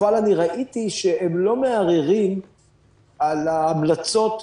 אבל אני ראיתי שהם לא מערערים על ההמלצות,